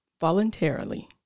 voluntarily